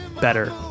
better